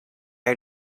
are